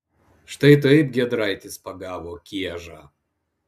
štai taip giedraitis pagavo kiežą